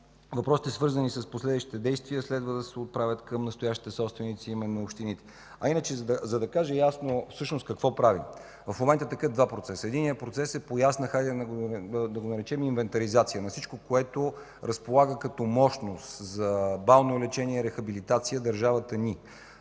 Въпросите, свързани с последващите действия, следва да се отправят към настоящите собственици, а именно – общините. За да кажа ясно какво правим – в момента текат два процеса. Единият процес е на инвентаризация на всичко, с което разполага като мощност за балнеолечение и рехабилитация държавата ни.